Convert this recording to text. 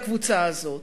לקבוצה הזאת.